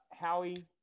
Howie